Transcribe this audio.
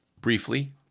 briefly